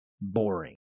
boring